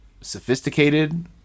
sophisticated